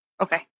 okay